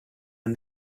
and